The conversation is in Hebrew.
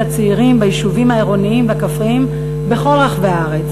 הצעירים ביישובים העירוניים והכפריים בכל רחבי הארץ,